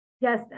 Yes